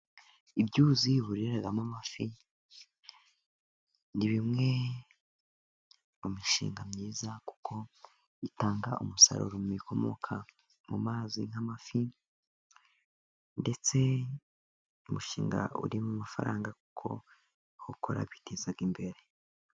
Ibyuzi bororeramo amafi, ni bimwe mu mishinga myiza kuko itanga umusaruro mu bikomoka mu mazi nk'amafi, ndetse ni umushinga urimo amafaranga kuko abawukora biteza imbere.